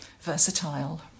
versatile